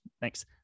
Thanks